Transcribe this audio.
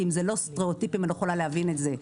כי אם זה לא סטריאוטיפים אני לא יכולה להבין את זה.